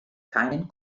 keinen